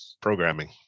Programming